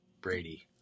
Brady